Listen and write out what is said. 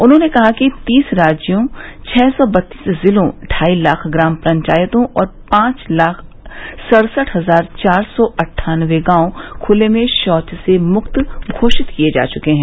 उन्होंने कहा कि तीस राज्यों छः सौ बत्तीस जिलों ढाई लाख ग्राम पंचायतों और पांच लाख सड़सठ हजार चार सौ अन्ठानबे गांव खुले में शौच से मुक्त घोषित किये जा चुके हैं